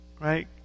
right